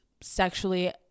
sexually